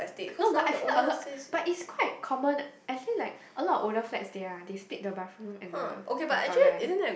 no but I feel a lot but is quite common I feel like a lot of older flats they are they split the bathroom and the and the toilet eh